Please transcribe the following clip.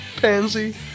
Pansy